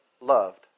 loved